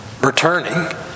returning